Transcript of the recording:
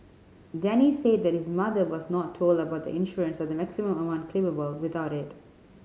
Denny said that his mother was not told about the insurance or the maximum amount claimable without it